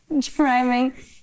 driving